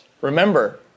remember